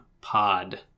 pod